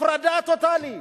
הפרדה טוטלית.